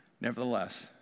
nevertheless